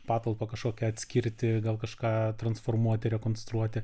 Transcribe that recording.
patalpą kažkokią atskirti gal kažką transformuoti rekonstruoti